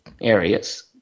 areas